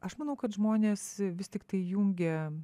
aš manau kad žmones vis tiktai jungia